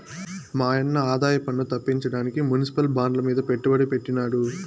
మాయన్న ఆదాయపన్ను తప్పించడానికి మునిసిపల్ బాండ్లమీద పెట్టుబడి పెట్టినాడు